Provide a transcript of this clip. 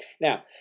Now